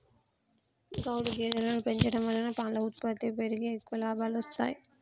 గౌడు గేదెలను పెంచడం వలన పాల ఉత్పత్తి పెరిగి ఎక్కువ లాభాలొస్తాయి